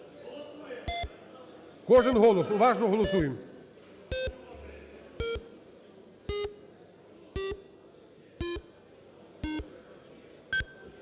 Голосуємо. Кожен голос, уважно голосуємо.